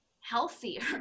healthier